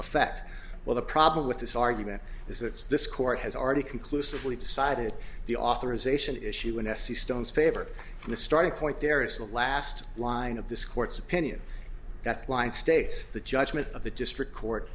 effect well the problem with this argument is that this court has already conclusively decided the authorization issue in s c stones favor the starting point there is a last line of this court's opinion that line states the judgment of the district court